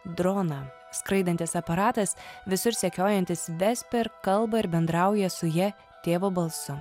droną skraidantis aparatas visur sekiojantis vesper kalbą ir bendrauja su ja tėvo balsu